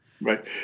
right